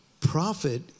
prophet